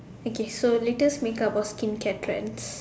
okay so latest make up or skincare trends